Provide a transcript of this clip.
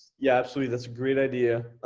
yeah, absolutely. that's a great idea.